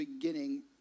beginning